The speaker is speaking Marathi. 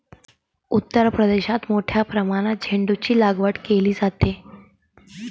उत्तर प्रदेशात मोठ्या प्रमाणात झेंडूचीलागवड केली जाते